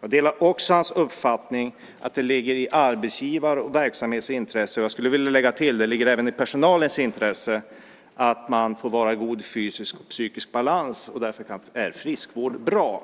Jag delar också hans uppfattning att det ligger i arbetsgivarens och verksamhetens intressen - även i personalens intresse - att man får vara i god fysisk och psykisk balans. Därför är friskvård bra.